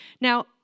Now